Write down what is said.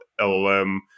LLM